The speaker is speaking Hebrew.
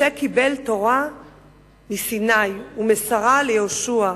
"משה קיבל תורה מסיני ומסרה ליהושע,